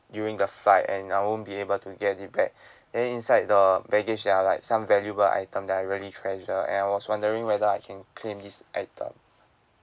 during the flight and I won't be able to get it back then inside the baggage there are like some valuable item that I really treasure and I was wondering whether I can claim these item